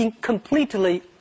completely